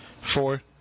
Four